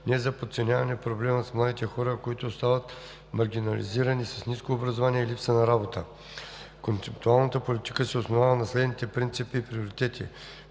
е за подценяване проблемът с младите хора, които остават маргинализирани, с ниско образование и липса на работа. Концептуалната политика се основава на следните принципи и приоритети: